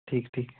ठीक ठीक